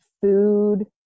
food